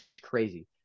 crazy